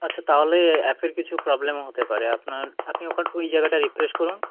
আচ্ছা তাহলে অ্যাপের কিছু প্রবলেম হতে পারে আপনার আপনি ওখান ওই জায়গাটা রিফ্রেশ করুন